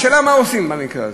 השאלה היא מה עושים במקרה כזה.